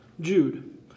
Jude